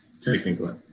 Technically